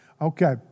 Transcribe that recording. okay